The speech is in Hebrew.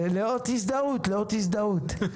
לאות הזדהות, לאות הזדהות.